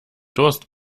durst